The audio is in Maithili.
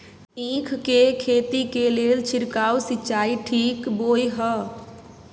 ईख के खेती के लेल छिरकाव सिंचाई ठीक बोय ह?